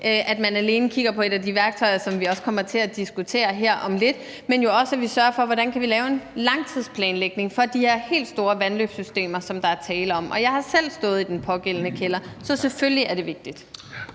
at man alene kigger på et af de værktøjer, som vi også kommer til at diskutere her om lidt, men jo også, at vi sørger for at se på, hvordan vi kan lave en langtidsplanlægning for de her helt store vandløbssystemer, som der er tale om. Jeg har selv stået i den pågældende kælder – så selvfølgelig er det vigtigt.